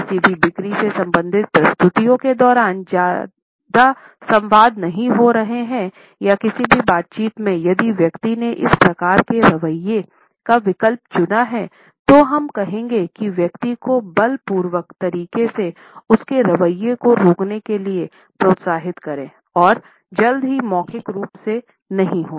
किसी भी बिक्री से संबंधित प्रस्तुतियों के दौरान ज्यादा संवाद नहीं हो रहे हैं या किसी भी बातचीत मेंयदि व्यक्ति ने इस प्रकार के रवैये का विकल्प चुना है तो हम कहेंगे की व्यक्ति को बल पूर्वक तरीके से उसके रवैये को रोकने के लिए प्रोत्साहित करें और जल्द ही मौखिक रूप से नहीं होगा